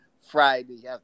Friday